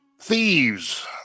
Thieves